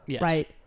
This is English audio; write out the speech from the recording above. Right